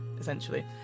essentially